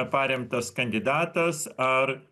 paremtas kandidatas ar